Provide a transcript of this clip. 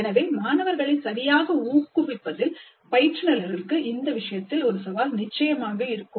எனவே மாணவர்களை சரியாக ஊக்குவிப்பதில் பயிற்றுனர்களுக்கு இந்த விஷயத்தில் ஒரு சவால் இருக்கும்